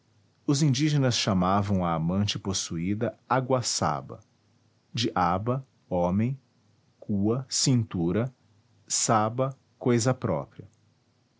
os indígenas chamavam a amante possuída aguaçaba de aba homem cua cintura çaba coisa própria